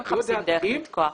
לא מחפשים דרך לתקוע.